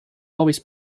always